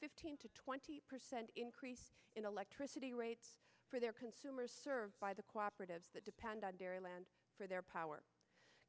fifteen to twenty percent increase in electricity rates for their consumers served by the cooperatives that depend on their land for their power